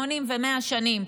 80 ו-100 שנים.